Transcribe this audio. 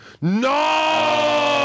No